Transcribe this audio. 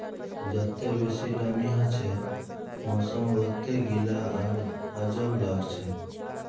जत्ते बेसी नमीं हछे मौसम वत्ते गीला आर अजब लागछे